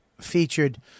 featured